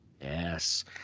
Yes